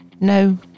No